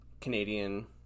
Canadian